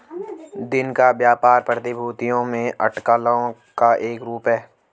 दिन का व्यापार प्रतिभूतियों में अटकलों का एक रूप है